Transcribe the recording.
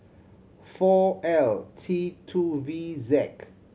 four L T two V Z